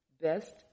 best